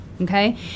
okay